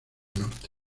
norte